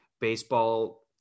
baseball